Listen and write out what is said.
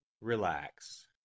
relax